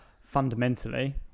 fundamentally